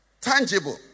tangible